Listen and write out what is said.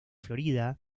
florida